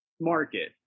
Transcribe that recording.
market